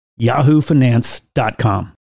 yahoofinance.com